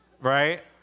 Right